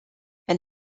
een